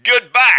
Goodbye